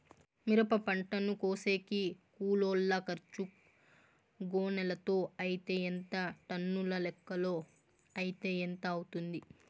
మిరప పంటను కోసేకి కూలోల్ల ఖర్చు గోనెలతో అయితే ఎంత టన్నుల లెక్కలో అయితే ఎంత అవుతుంది?